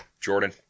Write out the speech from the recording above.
Jordan